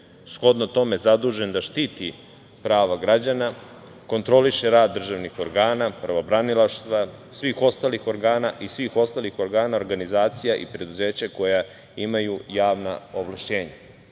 shodno tome, zadužen da štiti prava građana, kontroliše rad državnih organa, pravobranilaštva, svih ostalih organa i svih ostalih organa, organizacija i preduzeća koja imaju javna ovlašćenja.